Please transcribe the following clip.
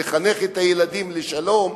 לחנך את הילדים לשלום,